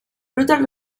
brutal